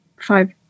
five